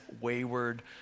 wayward